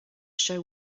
show